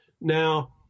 Now